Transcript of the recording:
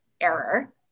error